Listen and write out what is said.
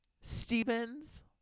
Stephen's